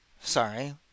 Sorry